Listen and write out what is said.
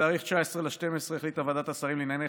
בתאריך 19 בדצמבר החליטה ועדת השרים לענייני